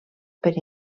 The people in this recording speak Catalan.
per